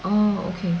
oh okay